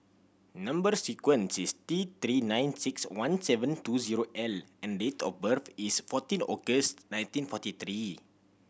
number sequence is T Three nine six one seven two zero L and date of birth is fourteen August nineteen forty three